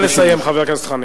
נא לסיים, חבר הכנסת חנין.